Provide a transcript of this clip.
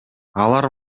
алар